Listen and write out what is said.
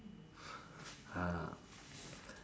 ah